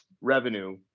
revenue